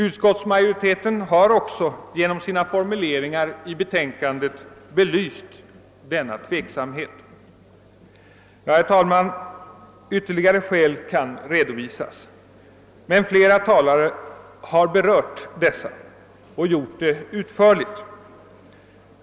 Utskottsmajoriteten har också genom sina formuleringar i betänkandet belyst denna tveksamhet. Herr talman! Ytterligare skäl kan redovisas, men flera talare har berört dessa och gjort det utförligt.